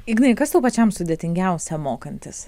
ignai kas tau pačiam sudėtingiausia mokantis